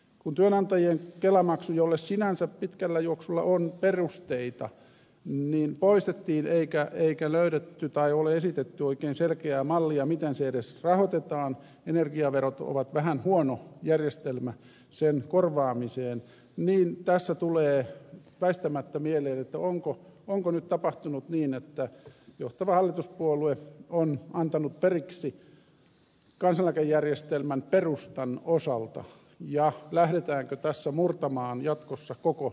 kun työnantajien kelamaksu jolle sinänsä pitkällä juoksulla on perusteita poistettiin eikä löydetty tai esitetty oikein selkeää mallia miten se edes rahoitetaan energiaverot ovat vähän huono järjestelmä sen korvaamiseen niin tässä tulee väistämättä mieleen onko nyt tapahtunut niin että johtava hallituspuolue on antanut periksi kansaneläkejärjestelmän perustan osalta ja lähdetäänkö tässä murtamaan jatkossa koko järjestelmää